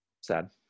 sad